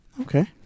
Okay